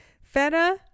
Feta